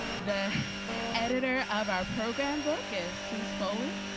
the editor of our program book is sue spollen.